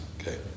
Okay